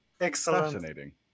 Excellent